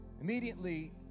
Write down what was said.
Immediately